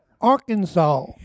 Arkansas